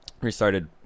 restarted